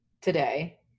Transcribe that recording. today